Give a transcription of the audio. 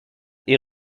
est